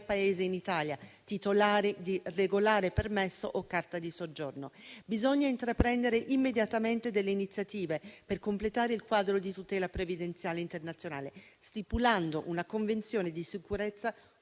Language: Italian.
Paese in Italia titolari di regolare permesso o carta di soggiorno. Bisogna intraprendere immediatamente delle iniziative per completare il quadro di tutela previdenziale internazionale, stipulando una convenzione di sicurezza